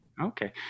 Okay